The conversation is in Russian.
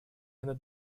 над